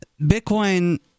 Bitcoin